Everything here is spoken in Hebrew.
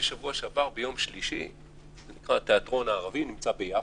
בשבוע שעבר הייתי בתיאטרון הערבי ביפו.